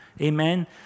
Amen